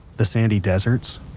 the sandy deserts,